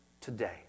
today